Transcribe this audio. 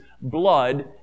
blood